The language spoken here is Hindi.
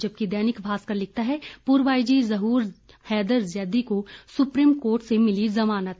जबकि दैनिक भास्कर लिखता है पूर्व आईजी जहूर हैदर जैदी को सुप्रीम कोर्ट से मिली जमानत